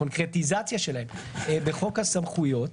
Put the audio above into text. קונקרטיזציה שלהם בחוק הסמכויות,